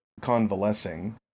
convalescing